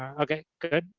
are ok, good,